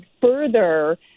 further